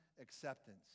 acceptance